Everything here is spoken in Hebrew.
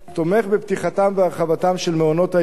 תומך בפתיחתם ובהרחבתם של מעונות-יום